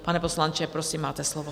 Pane poslanče, prosím, máte slovo.